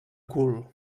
cul